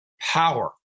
power